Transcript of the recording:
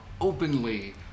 openly